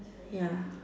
ya